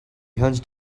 hunched